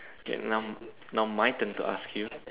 okay now now my turn to ask you